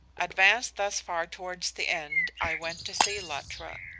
advanced thus far towards the end, i went to see luttra.